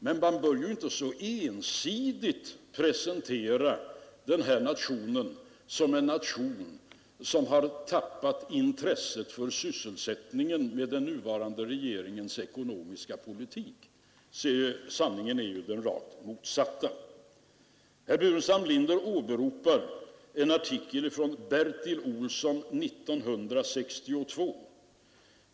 Men man bör ju inte så ensidigt presentera den här nationen som en nation som har tappat intresset för sysselsättningen med den nuvarande regeringens ekonomiska politik. Sanningen är ju den rakt motsatta. Herr Burenstam Linder åberopar en artikel från Bertil Olsson 1962.